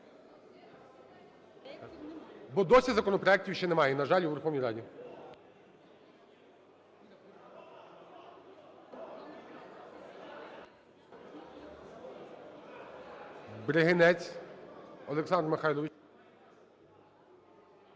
Бо досі законопроектів ще немає, на жаль, у Верховній Раді. Бригинець Олександр Михайлович.